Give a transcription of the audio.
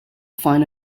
find